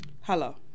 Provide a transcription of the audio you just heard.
Hello